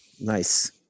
Nice